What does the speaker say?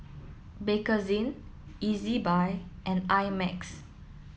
Bakerzin Ezbuy and I Max